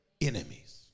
enemies